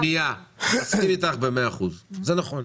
אני מסכים איתך במאה אחוז, זה נכון.